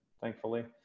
thankfully